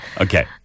Okay